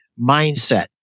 mindset